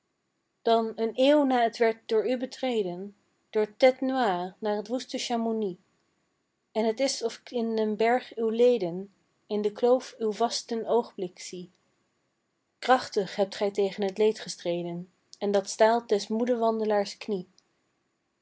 dan een eeuw na t werd door u betreden door tête noire naar t woeste chamounix en het is of k in den berg uw leden in de kloof uw vasten oogblik zie krachtig hebt gij tegen t leed gestreden en dat staalt des moeden wandelaars knie